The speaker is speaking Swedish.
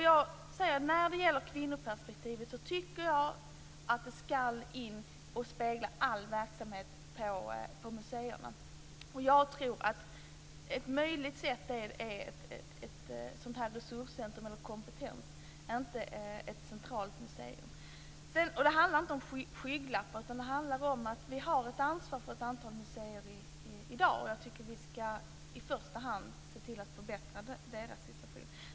Jag tycker att kvinnoperspektivet ska prägla all verksamhet på museerna. Jag tror att ett sätt att göra det möjligt är att man har ett sådant här resurs eller kompetenscentrum. Det ska inte vara ett centralt museum. Det handlar inte om skygglappar, utan det handlar om att vi har ett ansvar för ett antal museer i dag. Jag tycker att vi i första hand ska se till att förbättra deras situation.